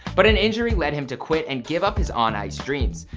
but an injury lead him to quit and give up his on-ice dreams.